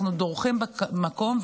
אנחנו דורכים במקום,